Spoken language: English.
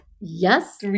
Yes